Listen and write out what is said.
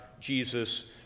Jesus